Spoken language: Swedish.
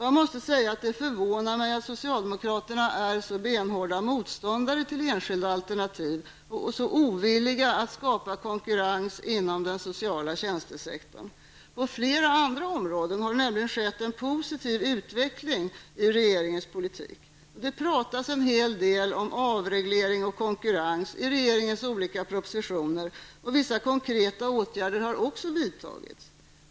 Jag måste säga att det förvånar mig att socialdemokraterna är så benhårda motståndare till enskilda alternativ och så ovilliga att skapa konkurrens inom den sociala tjänstesektorn. På flera andra områden har det skett en positiv utveckling i regeringens politik. Det talas en hel del om avreglering och konkurrens i regeringens olika propositioner, och vissa konkreta åtgärder har också vidtagits.